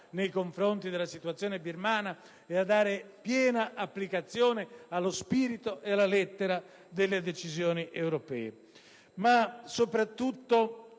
nei confronti della situazione birmana e a dare piena applicazione allo spirito e alla lettera delle decisioni europee.